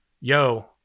yo